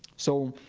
so,